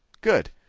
good.